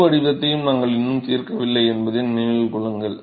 முழு வடிவத்தையும் நாங்கள் இன்னும் தீர்க்கவில்லை என்பதை நினைவில் கொள்ளுங்கள்